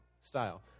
style